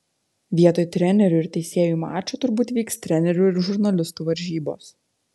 vietoj trenerių ir teisėjų mačo turbūt vyks trenerių ir žurnalistų varžybos